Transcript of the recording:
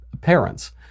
parents